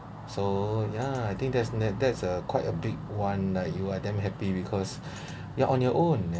so ya I think that's that's a quite a big [one] that you are damn happy because you're on your own